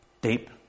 Deep